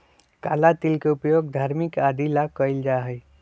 काला तिल के उपयोग धार्मिक आदि ला कइल जाहई